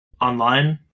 online